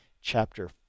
chapter